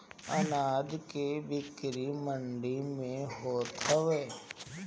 अनाज के बिक्री मंडी में होत हवे